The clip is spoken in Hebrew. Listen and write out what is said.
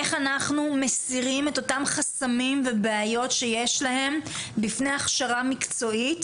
איך אנחנו מסירים את אותם חסמים ובעיות שיש להם בפני הכשרה מקצועית,